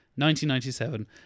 1997